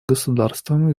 государством